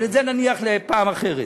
אבל את זה נניח לפעם אחרת.